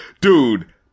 Dude